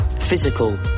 physical